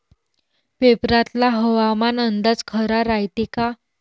पेपरातला हवामान अंदाज खरा रायते का?